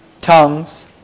Tongues